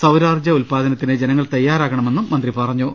സൌരോർജ്ജ ഉൽപാദനത്തിന് ജനങ്ങൾ തയ്യാറാകണമെന്നും മന്ത്രി പറഞ്ഞു